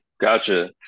Gotcha